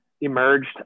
emerged